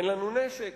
אין לנו נשק,